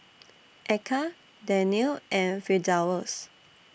Eka Daniel and Firdaus